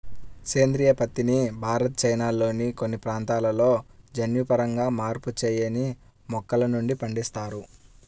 సేంద్రీయ పత్తిని భారత్, చైనాల్లోని కొన్ని ప్రాంతాలలో జన్యుపరంగా మార్పు చేయని మొక్కల నుండి పండిస్తారు